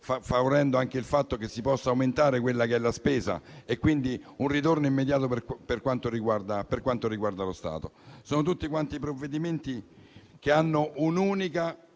favorendo anche il fatto che si possa aumentare quella che è la spesa e quindi un ritorno immediato per lo Stato. Sono provvedimenti che hanno un'unica